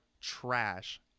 trash